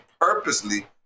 purposely